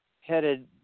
headed